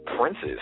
Prince's